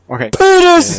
Okay